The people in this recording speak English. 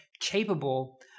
capable